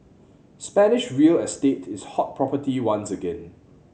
Spanish real estate is hot property once again